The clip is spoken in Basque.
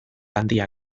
handia